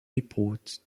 report